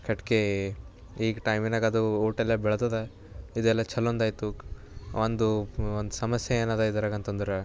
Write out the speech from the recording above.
ಕಟ್ಕೇ ಈಗ ಟೈಮಿನಾಗದು ಓಟ್ ಎಲ್ಲ ಬೆಳೆದದ ಇದೆಲ್ಲ ಚಲೊಂದಾಯ್ತು ಒಂದು ಸಮಸ್ಯೆ ಏನಿದೆ ಇದರಾಗ ಅಂತಂದ್ರೆ